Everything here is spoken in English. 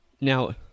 Now